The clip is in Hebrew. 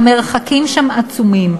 המרחקים שם עצומים,